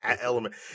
element